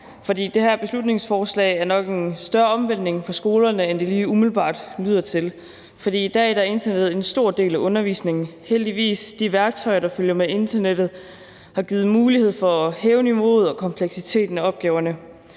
det her beslutningsforslag er nok en større omvæltning for skolerne, end det lige umiddelbart lyder til at være. For i dag er internettet en stor del af undervisningen, heldigvis. De værktøjer, der følger med internettet, har givet mulighed for at hæve niveauet og kompleksiteten af opgaverne,